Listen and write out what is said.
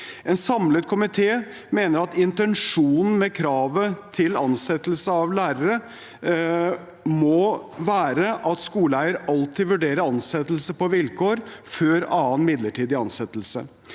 En samlet komité mener at intensjonen med kravet til ansettelse av lærere må være at skoleeier alltid vurderer ansettelse på vilkår før annen midlertidig ansettelse.